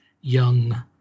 young